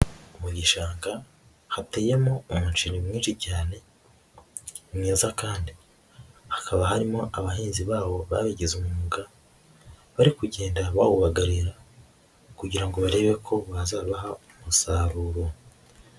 Mu gishanga hateyemo umuceri mwinshi cyane mwiza kandi, hakaba harimo abahinzi bawo babigize umwuga bari kugenda bawubagarira kugira ngo barebe ko bazabaha umusaruro.